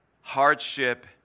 hardship